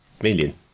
million